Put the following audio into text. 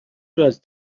رواز